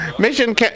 Mission